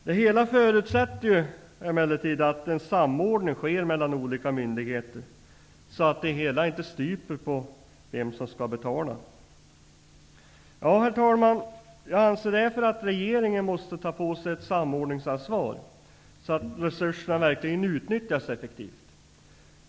Det hela förutsätter emellertid att en samordning sker mellan olika myndigheter så att det hela inte stupar på vem som skall betala. Herr talman! Jag anser att regeringen måste ta på sig ett samordningsansvar så att resurserna verkligen utnyttjas effektivt.